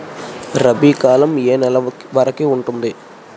రబీ కాలం ఏ ఏ నెల వరికి ఉంటుంది?